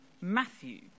Matthew